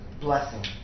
blessing